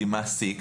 מעסיק,